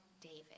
David